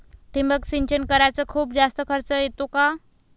ठिबक सिंचन कराच खूप जास्त खर्च येतो का?